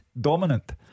dominant